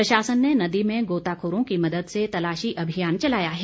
प्रशासन ने नदी में गोताखोरों की मदद से तलाशी अभियान चलाया है